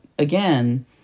Again